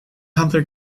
hunter